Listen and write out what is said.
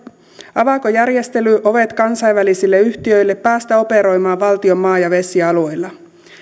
avaako järjestely ovet kansainvälisille yhtiöille päästä operoimaan valtion maa ja vesialueilla